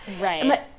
Right